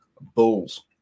Bulls